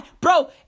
Bro